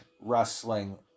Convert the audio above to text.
wrestling